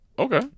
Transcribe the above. Okay